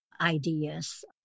ideas